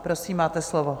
Prosím, máte slovo.